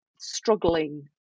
struggling